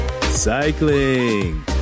cycling